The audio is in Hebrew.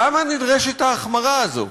למה נדרשת ההחמרה הזאת?